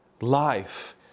life